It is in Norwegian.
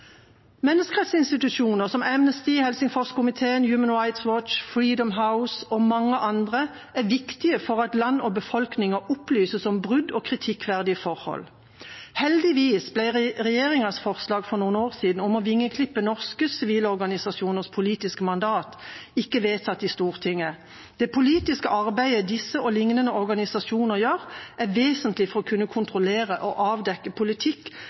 som Amnesty International, Helsingforskomiteen, Human Rights Watch, Freedom House og mange andre er viktige for at land og befolkninger opplyses om brudd og kritikkverdige forhold. Heldigvis ble regjeringas forslag om å vingeklippe norske sivile organisasjoners politiske mandat for noen år siden ikke vedtatt i Stortinget. Det politiske arbeidet disse og liknende organisasjoner gjør, er vesentlig for å kunne kontrollere og avdekke politikk